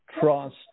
trust